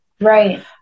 Right